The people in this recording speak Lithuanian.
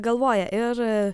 galvoja ir